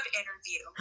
interview